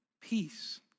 peace